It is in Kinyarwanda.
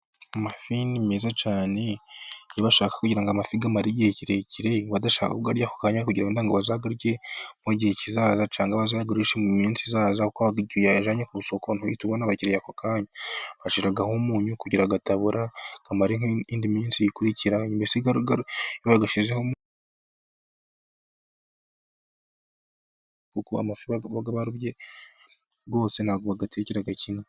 Amafi ni meza cyane iyo bashaka kugira ngo amafi amare igihe kirekire, badashaka kuyarya ako kanya kugira ngo bazarye mu gihe kizaza cyangwa bazagurisha iminsi izaza, kuko ntuhita ubona abakiriya ako kanya, bashyiraho umunyu kugira ngo atangirika, ntabwo bayatekera rimwe.